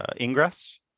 ingress